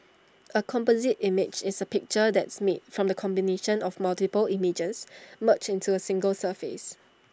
A composite image is A picture that's made from the combination of multiple images merged into A single surface